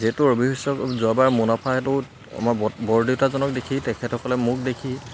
যিহেতু ৰবি শস্য়ক যোৱাবাৰ মুনাফা হেতুত আমাৰ বৰ বৰদেউতাজনক দেখি তেখেতসকলে মোক দেখি